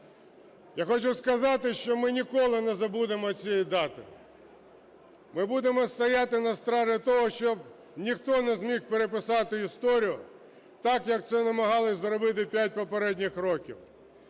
Я хочу сказати, що ми ніколи не забудемо цієї дати. Ми будемо стояти на стражі того, щоб ніхто не зміг переписати історію так як це намагалися зробити 5 попередніх років.